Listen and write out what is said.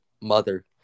mother